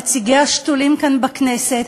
נציגי השתולים כאן בכנסת,